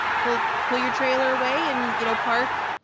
pull pull your trailer away, and you know park